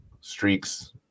streaks